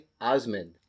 Osmond